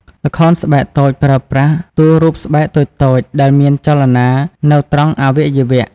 ល្ខោនស្បែកតូចប្រើប្រាស់ តួរូបស្បែកតូចៗ ដែលមានចលនា នៅត្រង់អវយវៈ។